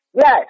Yes